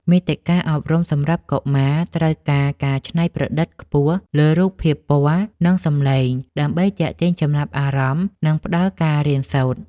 មាតិកាអប់រំសម្រាប់កុមារត្រូវការការច្នៃប្រឌិតខ្ពស់លើរូបភាពពណ៌ និងសំឡេង ដើម្បីទាក់ទាញចំណាប់អារម្មណ៍ និងផ្តល់ការរៀនសូត្រ។